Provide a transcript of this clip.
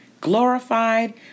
glorified